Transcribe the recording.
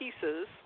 pieces